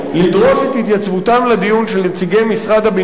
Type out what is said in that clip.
לדרוש את התייצבותם לדיון של נציגי משרד הבינוי